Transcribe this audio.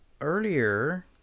earlier